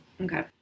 Okay